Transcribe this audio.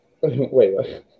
Wait